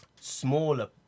smaller